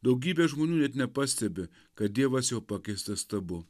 daugybė žmonių net nepastebi kad dievas jau pakeistas stabu